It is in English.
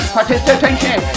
Participation